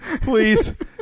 please